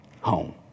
home